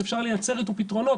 שאפשר לייצר איתו המון פתרונות.